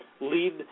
lead